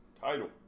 title